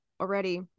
already